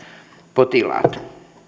potilaat on